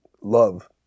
love